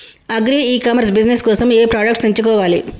Agri e commerce business కోసము ఏ products ఎంచుకోవాలి?